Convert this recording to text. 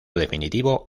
definitivo